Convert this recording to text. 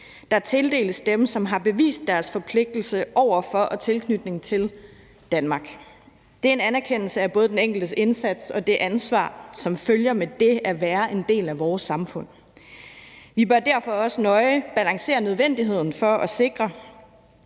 der tildeles dem, som har bevist deres forpligtelse over for og tilknytning til Danmark. Det er en anerkendelse af både den enkeltes indsats og det ansvar, som følger med det at være en del af vores samfund. Vi bør derfor også nøje balancere nødvendigheden for at sikre,